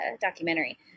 documentary